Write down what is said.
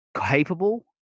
capable